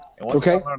Okay